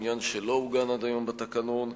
עניין שלא עוגן עד היום בתקנון.